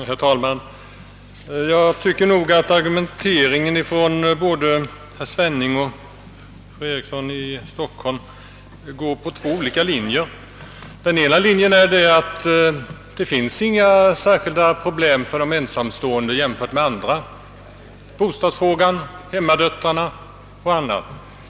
Herr talman! Jag tycker att den argumentation som framförts av herr Svenning och fru Eriksson i Stockholm följer två olika linjer. Enligt den ena linjen finns det inga särskilda problem för de ensamstående jämfört med andra grupper, t.ex. beträffande bostadsfrågan, hemmadöttrarnas situation m.m.